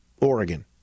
Oregon